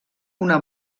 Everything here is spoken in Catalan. una